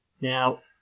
Now